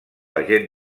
agent